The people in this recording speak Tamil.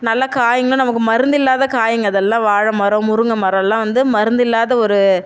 நல்லா காய்களும் நமக்கு மருந்து இல்லாத காய்ங்க அதெல்லாம் வாழை மரம் முருங்கை மரம்லாம் வந்து மருந்து இல்லாத ஒரு